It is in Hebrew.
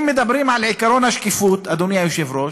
אם מדברים על עקרון השקיפות, אדוני היושב-ראש,